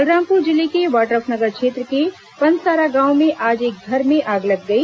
बलरामपुर जिले के वाड्रफनगर क्षेत्र के पनसारा गांव में आज एक घर में आग लग गई